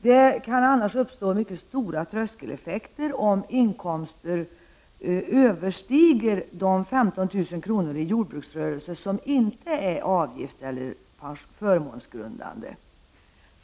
Det kan annars uppstå stora tröskeleffekter, om inkomsten överstiger de 15 000 kr. i jordbruksrörelse som inte är avgiftseller förmånsgrundande.